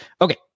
Okay